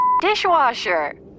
dishwasher